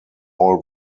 all